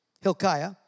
Hilkiah